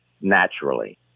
naturally